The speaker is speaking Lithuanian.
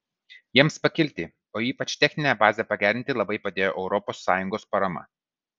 jiems pakilti o ypač techninę bazę pagerinti labai padėjo europos sąjungos parama